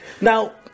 Now